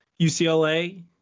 UCLA